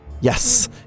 Yes